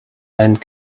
and